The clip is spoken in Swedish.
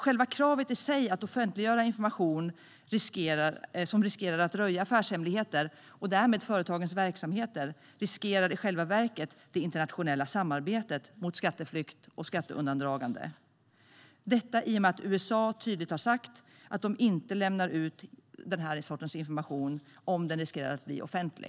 Själva kravet i sig att offentliggöra information som riskerar att röja affärshemligheter och därmed företagens verksamheter, riskerar i själva verket det internationella samarbetet mot skatteflykt och skatteundandragande - detta i och med att USA tydligt har sagt att de inte lämnar ut den sortens information om den riskerar att bli offentlig.